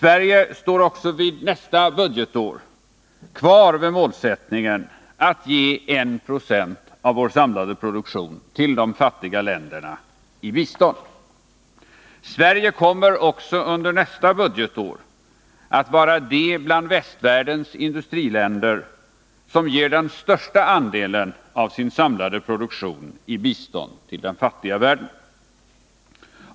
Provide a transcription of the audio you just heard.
Vi står nästa budgetår kvar vid målsättningen att ge 1 70 av vår samlade produktion till de fattiga länderna i bistånd. Sverige kommer också under nästa år att vara det bland västvärldens industriländer som ger den största andelen av sin samlade produktion i bistånd till den fattiga världen.